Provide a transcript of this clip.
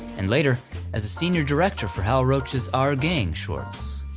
and later as a senior director for hal roach's our gang shorts.